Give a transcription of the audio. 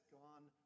gone